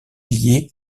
liée